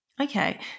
Okay